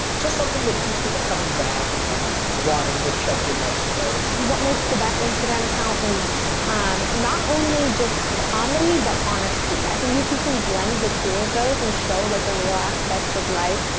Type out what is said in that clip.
just something that keeps people coming back and like wanting to check your next post. what makes the best instagram account is um not only just comedy but honesty. i think if you can blend the two of those and show like the real aspects of life,